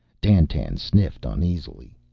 dandtan sniffed uneasily.